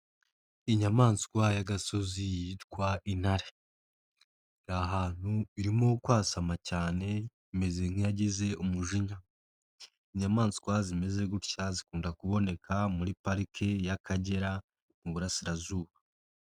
Inyamaswa y'agasozi yitwa intare. Iri ahantutu, irimo kwasama cyane, imeze nk'iyagize umujinya. Inyamaswa zimeze gutya zikunda kuboneka muri parike y'Akagera , mu Burasirazuba.